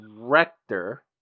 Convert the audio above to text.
director